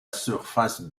surface